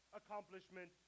accomplishment